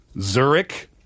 Zurich